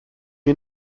wir